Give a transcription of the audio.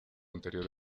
anterior